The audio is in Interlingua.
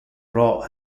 pro